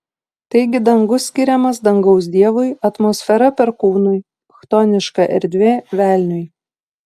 taigi dangus skiriamas dangaus dievui atmosfera perkūnui chtoniška erdvė velniui